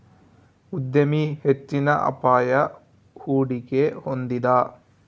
ಉದ್ಯಮಿ ಹೆಚ್ಚಿನ ಅಪಾಯ, ಹೂಡಿಕೆ ಹೊಂದಿದ